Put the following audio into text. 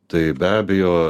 tai be abejo